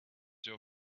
your